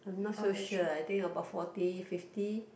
I'm not so sure I think about forty fifty